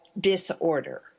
disorder